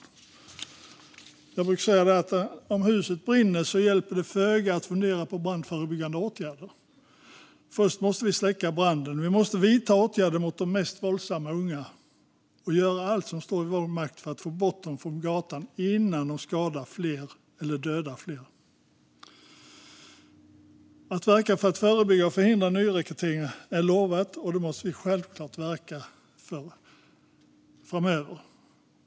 Som jag brukar säga: Om huset brinner hjälper det föga att fundera på brandförebyggande åtgärder. Först måste vi släcka branden. Vi måste vidta åtgärder mot de mest våldsamma unga och göra allt som står i vår makt för att få bort dem från gatan innan de skadar eller dödar fler. Att verka för att förebygga och förhindra nyrekrytering är lovvärt, och det måste vi självklart göra framöver.